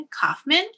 Kaufman